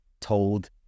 told